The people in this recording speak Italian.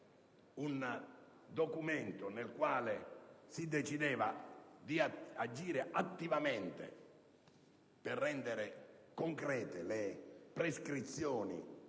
un documento, con il quale si decideva di agire attivamente per rendere concrete le prescrizioni